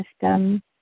system